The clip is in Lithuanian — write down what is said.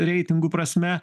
reitingų prasme